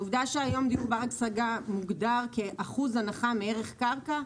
העובדה שהיום דיור בר השגה מוגדר כאחוז הנחה מערך קרקע,